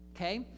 Okay